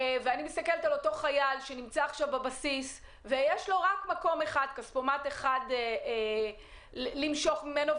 אני מסתכלת על אותו חייל שנמצא בבסיס ויש לו רק כספומט אחד למשוך ממנו,